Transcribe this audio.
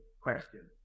Question